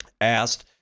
Asked